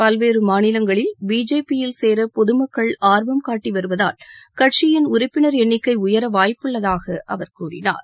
பல்வேறு மாநிலங்களில் பிஜேபியில் சேர பொதுமக்கள் ஆர்வம் காட்டி வருவதால் தமது கட்சியின் உறுப்பினர் எண்ணிக்கை உயர வாய்ப்புள்ளதாக அவர் கூறினார்